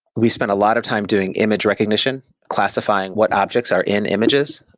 we spent a lot of time doing image recognition classifying what objects are in images.